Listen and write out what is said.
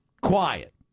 quiet